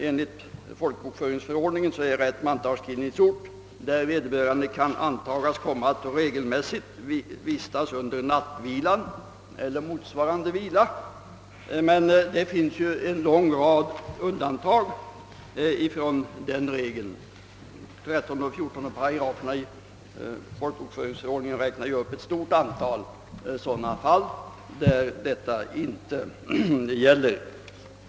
Enligt folkbokföringsförordningen är rätt mantalsskrivningsort den där vederbörande kan antas komma att regelmässigt vistas under nattvilan eller motsvarande vila. Det finns en lång rad undantag från denna regel. 13 och 14 §§ folkbokföringsförordningen räknar upp ett stort antal fall där denna regel inte tillämpas.